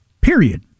Period